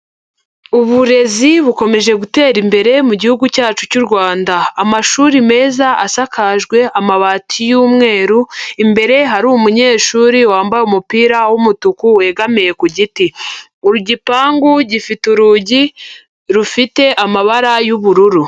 Uburezi bukomeje gutera imbere mu gihugu cyacu cy'u Rwanda, amashuri meza asakajwe amabati y'umweru, imbere hari umunyeshuri wambaye umupira w'umutuku wegamiye ku giti, igipangu gifite urugi rufite amabara y'ubururu.